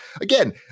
again